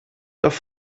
auf